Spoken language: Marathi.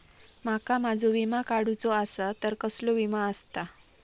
माका माझो विमा काडुचो असा तर कसलो विमा आस्ता?